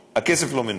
והכסף לא מנוצל.